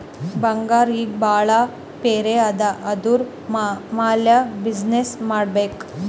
ಬಂಗಾರ್ ಈಗ ಭಾಳ ಪಿರೆ ಅದಾ ಅದುರ್ ಮ್ಯಾಲ ಬಿಸಿನ್ನೆಸ್ ಮಾಡ್ಬೇಕ್